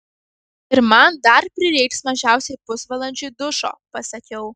ir man dar prireiks mažiausiai pusvalandžiui dušo pasakiau